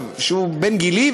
שהוא בן גילי,